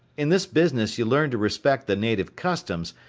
in this business you learn to respect the native customs,